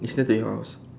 it's near to your house